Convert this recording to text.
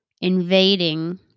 invading